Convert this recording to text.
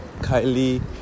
Kylie